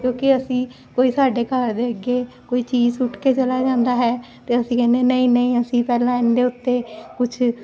ਕਿਉਂਕਿ ਅਸੀਂ ਕੋਈ ਸਾਡੇ ਘਰ ਦੇ ਅੱਗੇ ਕੋਈ ਚੀਜ਼ ਸੁੱਟ ਕੇ ਚਲਾ ਜਾਂਦਾ ਹੈ ਤੇ ਅਸੀਂ ਕਹਿੰਦੇ ਨਹੀਂ ਨਹੀਂ ਅਸੀਂ ਪਹਿਲਾਂ ਇਹਦੇ ਉੱਤੇ ਕੁਛ